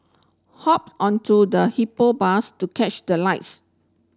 hop onto the Hippo Bus to catch the lights